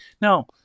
Now